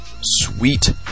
sweet